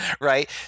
right